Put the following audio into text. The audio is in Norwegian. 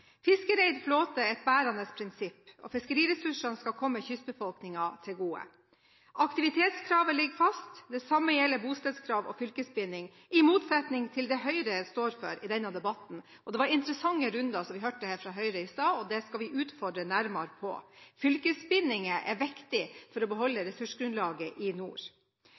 Fiskereid flåte er et bærende prinsipp, og fiskeriressursene skal komme kystbefolkningen til gode. Aktivitetskravet ligger fast. Det samme gjelder bostedskrav og fylkesbinding, i motsetning til det Høyre står for i denne debatten. Det var interessante runder vi hørte fra Høyre i stad, og det skal vi utfordre nærmere på. Fylkesbinding er viktig for å beholde ressursgrunnlaget i nord.